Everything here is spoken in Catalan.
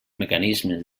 mecanismes